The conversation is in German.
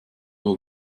oder